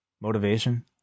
motivation